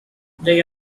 they